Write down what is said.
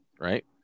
right